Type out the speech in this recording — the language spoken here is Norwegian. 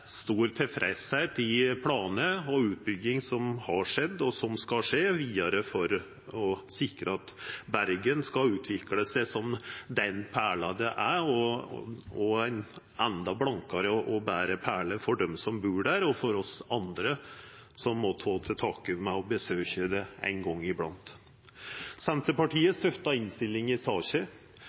stor tilfredsheit med planar og utbygging som har skjedd, og som skal skje vidare for å sikra at Bergen skal utvikla seg som den perla han er, til ei endå blankare og betre perle for dei som bur der, og for oss andre som må ta til takke med å besøkja han ein gong i blant. Senterpartiet støttar tilrådinga i saka,